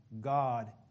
God